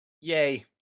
yay